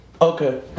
Okay